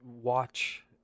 watch